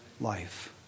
life